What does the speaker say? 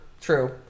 true